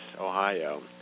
Ohio